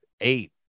eight